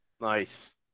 nice